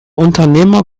unternehmer